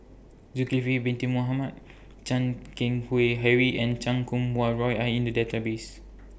Zulkifli Bin Mohamed Chan Keng Howe Harry and Chan Kum Wah Roy Are in The Database